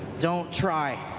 don't try.